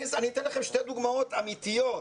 אני אתן לכם שתי דוגמאות אמיתיות.